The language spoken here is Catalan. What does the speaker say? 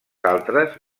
altres